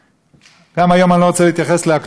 גם היום, אני לא רוצה להתייחס לאקטואליה של היום,